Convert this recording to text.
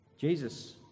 Jesus